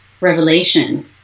revelation